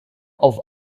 auf